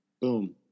boom